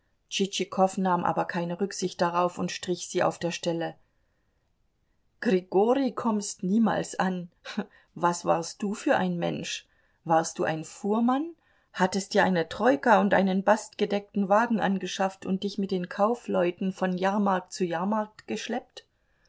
tschitschikow nahm aber keine rücksicht darauf und strich sie auf der stelle grigorij kommst niemals an was warst du für ein mensch warst du ein fuhrmann hattest dir eine troika und einen bastgedeckten wagen angeschafft und dich mit den kaufleuten von jahrmarkt zu jahrmarkt geschleppt